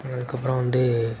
அதுக்கப்புறம் வந்து